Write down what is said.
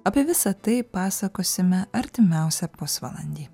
apie visa tai pasakosime artimiausią pusvalandį